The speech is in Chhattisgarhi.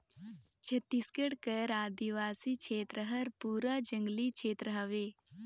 छत्तीसगढ़ कर आदिवासी छेत्र हर पूरा जंगली छेत्र हवे